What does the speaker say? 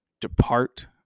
depart